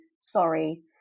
sorry